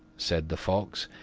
said the fox,